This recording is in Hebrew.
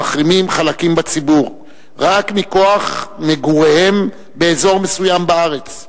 המחרימים חלקים בציבור רק מכוח מגוריהם באזור מסוים בארץ,